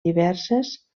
diverses